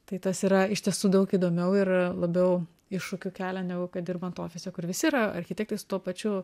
tai tas yra iš tiesų daug įdomiau ir labiau iššūkių kelia negu kad dirbant ofise kur visi yra architektai su tuo pačiu